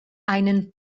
einen